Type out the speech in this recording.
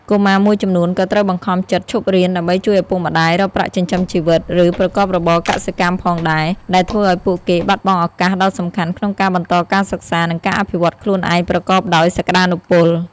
កុមារមួយចំនួនក៏ត្រូវបង្ខំចិត្ត ឈប់រៀន ដើម្បីជួយឪពុកម្តាយរកប្រាក់ចិញ្ចឹមជីវិត ឬប្រកបរបរកសិកម្មផងដែរ ដែលធ្វើឱ្យពួកគេបាត់បង់ឱកាសដ៏សំខាន់ក្នុងការបន្តការសិក្សា និងការអភិវឌ្ឍខ្លួនឯងប្រកបដោយសក្តានុពល។